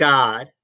God